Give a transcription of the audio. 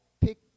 pick